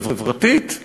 חברתית,